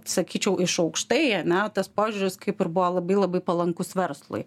sakyčiau iš aukštai ane tas požiūris kaip ir buvo labai labai palankus verslui